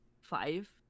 five